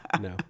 No